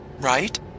right